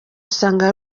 usanga